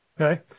Okay